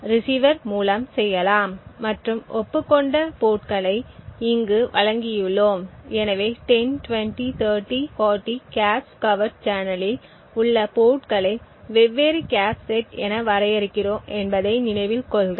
receiver மூலம் செய்யலாம் மற்றும் ஒப்புக்கொண்ட போர்ட்களை இங்கு வழங்கியுள்ளோம் எனவே 10 20 30 40 கேச் கவர்ட் சேனலில் உள்ள போர்ட்களை வெவ்வேறு கேச் செட் என வரையறுக்கிறோம் என்பதை நினைவில் கொள்க